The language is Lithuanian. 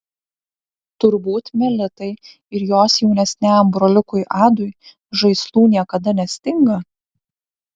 turbūt melitai ir jos jaunesniajam broliukui adui žaislų niekada nestinga